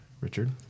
Richard